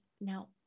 now